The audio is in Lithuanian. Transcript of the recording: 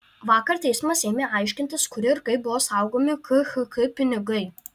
vakar teismas ėmė aiškintis kur ir kaip buvo saugomi khk pinigai